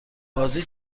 بازی